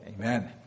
Amen